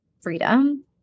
freedom